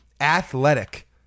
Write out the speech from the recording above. athletic